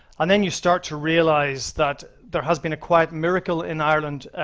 and then you start to realize that there has been a quiet miracle in ireland,